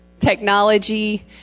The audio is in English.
Technology